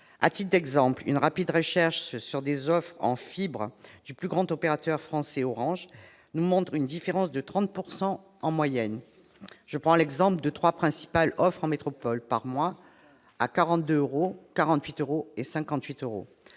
À titre d'exemple, une rapide recherche sur des offres en fibre du plus grand opérateur français, Orange, nous montre une différence de 30 % en moyenne : les trois principales offres mensuelles en métropole s'élèvent à 42 euros, 48 euros et 56 euros,